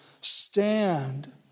stand